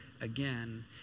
again